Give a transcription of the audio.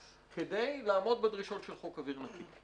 כדי לעמוד בדרישות של חוק אוויר נקי.